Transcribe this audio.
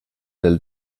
del